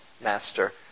master